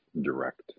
direct